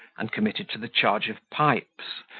and committed to the charge of pipes,